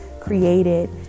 created